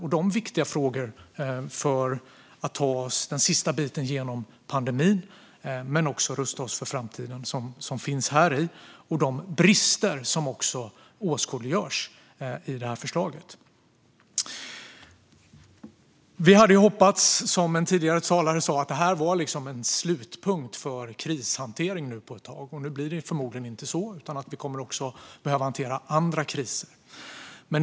Det handlar om viktiga frågor för att ta oss den sista biten genom pandemin men också för att se de brister som åskådliggörs i det här förslaget och rusta oss för framtiden. Som en tidigare talare sa hade vi hoppats att det här var en slutpunkt för krishanteringen på ett tag. Nu blir det förmodligen inte så, utan vi kommer också att behöva hantera andra kriser.